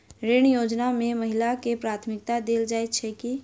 ऋण योजना मे महिलाकेँ प्राथमिकता देल जाइत छैक की?